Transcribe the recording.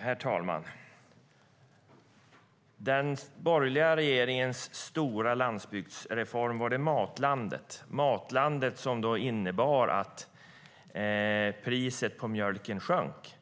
Herr talman! Den borgerliga regeringens stora landsbygdsreform, var det Matlandet? Matlandet innebar att priset på mjölken sjönk.